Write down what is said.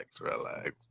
relax